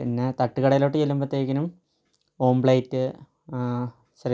പിന്നെ തട്ട് കടേലോട്ട് ചെല്ലുമ്പഴത്തേക്കിലും ഓംപ്ലെയ്റ്റ്